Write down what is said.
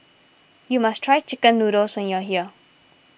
you must try Chicken Noodles when you are here